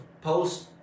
post